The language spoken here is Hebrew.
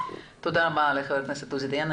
תודה רבה ח"כ עוזי דיין.